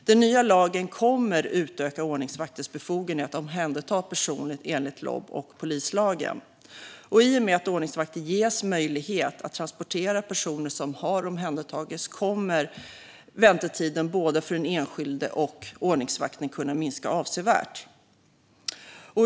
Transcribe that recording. Den nya lagen kommer att utöka ordningsvakters befogenheter att omhänderta personer enligt LOB och polislagen. I och med att ordningsvakter ges möjlighet att transportera personer som har omhändertagits kommer väntetiden för både den enskilde och ordningsvakterna att kunna minska avsevärt.